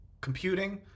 computing